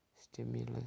stimulus